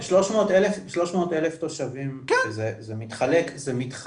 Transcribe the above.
300,000 תושבים זה מתחלק.